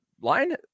Line